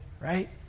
Right